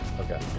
Okay